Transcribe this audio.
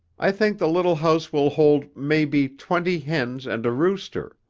i think the little house will hold maybe twenty hens and a rooster.